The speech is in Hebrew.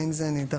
האם זה נדרש?